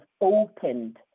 opened